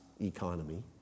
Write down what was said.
economy